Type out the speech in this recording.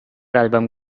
album